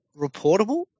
reportable